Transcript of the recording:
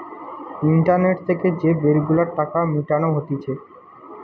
internet থেকে যে bill গুলার টাকা মিটানো হতিছে